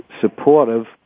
supportive